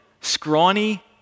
scrawny